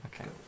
Okay